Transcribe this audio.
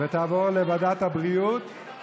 ההצעה להעביר את הצעת חוק זכויות החולה (תיקון,